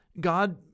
God